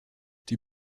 die